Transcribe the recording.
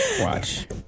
Watch